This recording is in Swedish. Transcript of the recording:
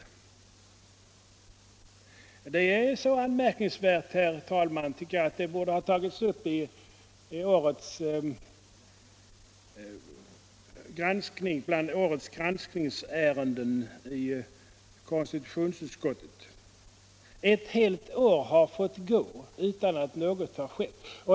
Jag tycker att det är så anmärkningsvärt, herr talman, att det borde ha tagits upp bland årets granskningsärenden i konstitutionsutskottet. Ett helt år har fått gå utan att något har skett.